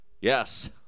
Yes